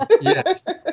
Yes